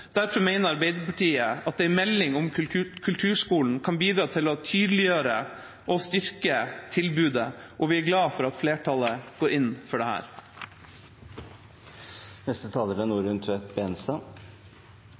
Derfor mener Arbeiderpartiet at en melding om kulturskolen kan bidra til å tydeliggjøre og styrke tilbudet, og vi er glad for at flertallet går inn for dette. Jeg kan like godt bekjenne med det samme: Jeg er